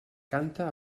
canta